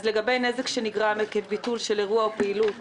לגבי נזק שנגרם עקב ביטול של אירוע או פעילות